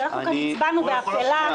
אנחנו כבר הצבענו באפלה.